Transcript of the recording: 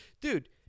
dude